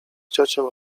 ciocią